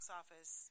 office